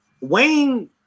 Wayne